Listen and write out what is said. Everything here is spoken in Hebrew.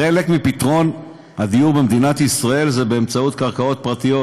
חלק מפתרון הדיור במדינת ישראל הוא באמצעות קרקעות פרטיות.